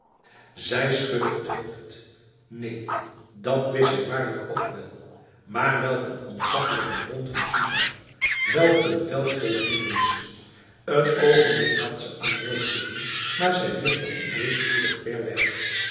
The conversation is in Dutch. zij schudde het hoofd neen dat wist zij waarlijk ook wel maar welk een ontzaglijke bron van soesah welk een veld vol hindernissen een ogenblik dacht ze aan terugkeren maar zij wierp dat idee spoedig vér weg